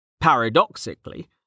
Paradoxically